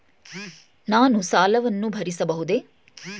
ನಾನು ಸಾಲವನ್ನು ಭರಿಸಬಹುದೇ?